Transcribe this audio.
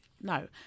No